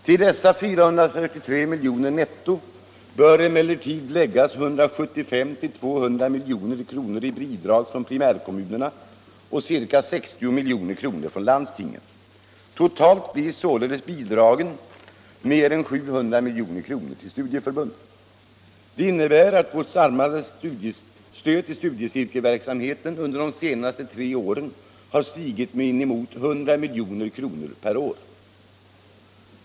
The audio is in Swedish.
Till dessa 443 milj.kr. netto bör emellertid läggas 175-200 milj.kr. i bidrag från primärkommunerna och ca 60 milj.kr. från landstingen. Totalt blir således bidragen till studieförbunden mer än 700 milj.kr. Detta innebär att vårt samlade stöd till studiecirkelverksamheten under de tre senaste åren har stigit med inemot 100 milj.kr. per år.